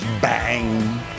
bang